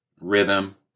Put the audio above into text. rhythm